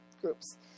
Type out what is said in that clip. groups